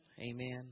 Amen